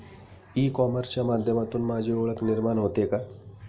E कॉमर्सच्या माध्यमातून माझी ओळख निर्माण होते का?